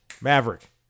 Maverick